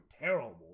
terrible